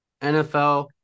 NFL